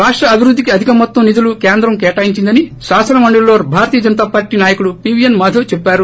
రాష్ణ అభివృద్దికి అధిక మొత్తం నిధులు కేంద్రం కేటాయించిదని శాసనమండలీలో భారేతీయ జసతా పార్టి నాయకుడు పీవీఎస్ మాధవ్ చెప్పారు